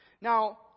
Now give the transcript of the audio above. Now